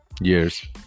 years